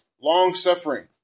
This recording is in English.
long-suffering